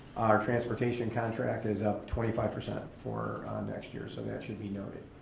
our transportation contract is up twenty five percent for next year, so that should be noted.